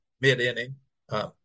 mid-inning